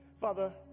Father